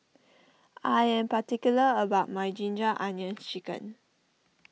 I am particular about my Ginger Onions Chicken